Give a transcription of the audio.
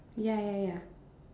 ya ya ya